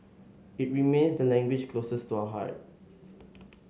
it remains the language closest to our hearts